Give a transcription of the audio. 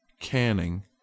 Canning